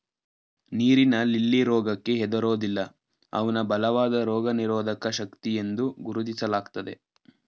ನೀರಿನ ಲಿಲ್ಲಿ ರೋಗಕ್ಕೆ ಹೆದರೋದಿಲ್ಲ ಅವ್ನ ಬಲವಾದ ರೋಗನಿರೋಧಕ ಶಕ್ತಿಯೆಂದು ಗುರುತಿಸ್ಲಾಗ್ತದೆ